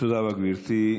תודה רבה, גברתי.